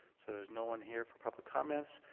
so there's no one here for public comments.